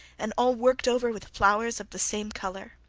and all worked over with flowers of the same colour.